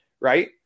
right